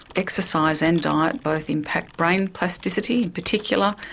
exercise and diet both impact brain plasticity in particular,